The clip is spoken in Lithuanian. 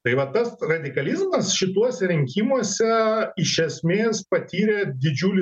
tai va tas radikalizmas šituose rinkimuose iš esmės patyrė didžiulį